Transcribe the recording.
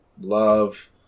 love